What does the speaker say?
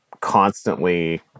constantly